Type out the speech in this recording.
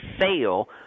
fail